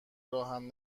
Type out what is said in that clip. راهم